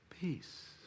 Peace